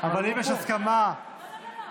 אבל אם יש הסכמה, לא,